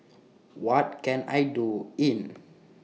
What Can I Do in